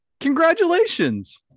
Congratulations